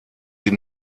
sie